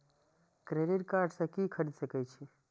Credit card से की सब खरीद सकें छी?